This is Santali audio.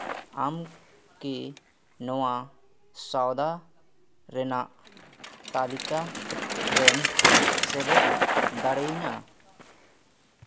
ᱟᱢ ᱠᱤ ᱱᱚᱣᱟ ᱥᱟᱣᱫᱟ ᱨᱮᱱᱟᱜ ᱛᱟᱞᱤᱠᱟ ᱨᱮᱢ ᱥᱮᱞᱮᱫ ᱫᱟᱲᱮᱭᱤᱧᱟᱹ